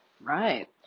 right